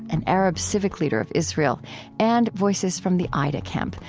an arab civic leader of israel and voices from the aida camp,